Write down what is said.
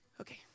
Okay